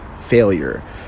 failure